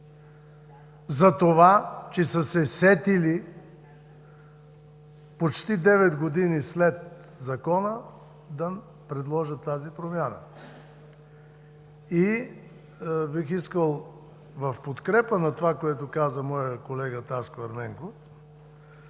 за това, че са се сетили почти девет години след Закона да предложат тази промяна. В подкрепа на това, което каза моят колега Таско Ерменков,